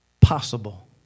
possible